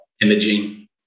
imaging